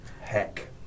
Heck